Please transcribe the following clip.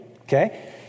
Okay